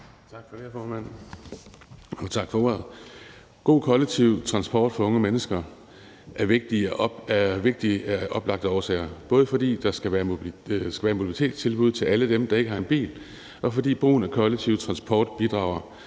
Tak for det, formand, og tak for ordet. En god kollektiv transport for unge mennesker er vigtigt af oplagte årsager, både fordi der skal være et mobilitetstilbud til alle dem, der ikke har en bil, og fordi brugen af kollektiv transport bidrager